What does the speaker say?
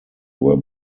were